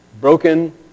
broken